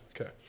Okay